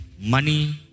Money